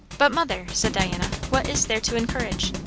but, mother! said diana, what is there to encourage?